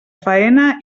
faena